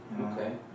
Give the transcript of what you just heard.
Okay